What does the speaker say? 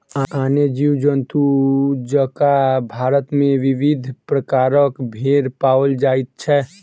आने जीव जन्तु जकाँ भारत मे विविध प्रकारक भेंड़ पाओल जाइत छै